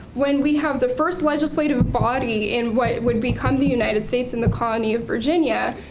when we have the first legislative body in what would become the united states in the colony of virginia,